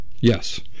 yes